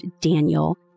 Daniel